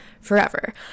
forever